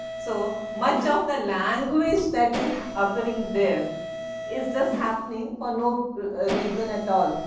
so, much of the language that is occurring there is just happening for no reason at all.